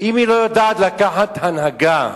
אם היא לא יודעת לקחת הנהגה,